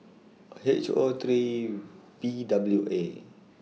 H O three V W A